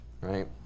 Right